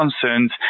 concerns